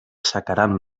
sacaran